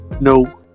No